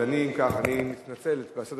אז אני, אם כך, אני מתנצל.